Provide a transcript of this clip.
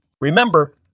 Remember